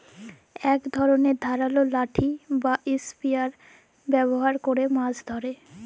ইক ধরলের ধারালো লাঠি বা ইসপিয়ার ব্যাভার ক্যরে মাছ ধ্যরে